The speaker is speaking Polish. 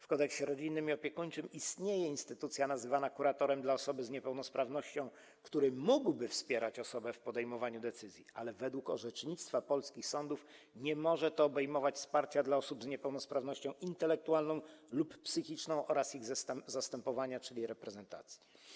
W Kodeksie rodzinnym i opiekuńczym istnieje instytucja nazywana kuratorem dla osoby z niepełnosprawnością, który to kurator mógłby wspierać osobę w podejmowaniu decyzji, ale według orzecznictwa polskich sądów nie może to obejmować wsparcia dla osób z niepełnosprawnością intelektualną lub psychiczną oraz ich zastępowania, czyli reprezentacji.